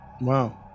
Wow